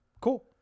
cool